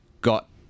got